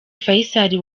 faisal